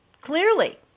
clearly